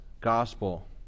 gospel